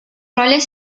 roles